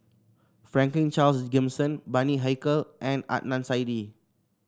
Franklin Charles Gimson Bani Haykal and Adnan Saidi